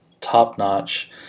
top-notch